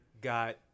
got